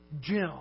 Jim